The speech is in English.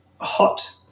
hot